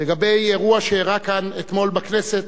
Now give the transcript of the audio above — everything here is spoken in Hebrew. לגבי אירוע שאירע כאן אתמול בכנסת,